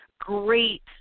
great